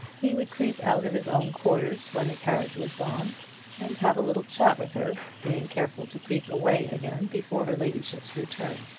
he would creep out of his own quarters when the carriage was gone and have a little chat with her being careful to creep away again before her ladyship's return.